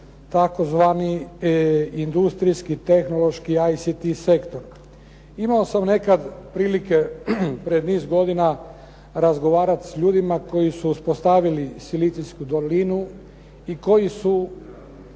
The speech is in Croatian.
tzv. industrijski tehnološki ICT sektor. Imao sam nekad prilike, pred niz godina, razgovarati s ljudima koji su uspostavili silicijsku dolinu i koji su